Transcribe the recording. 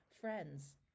friends